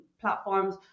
platforms